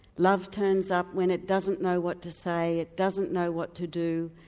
love turns up when it doesn't know what to say, it doesn't know what to do,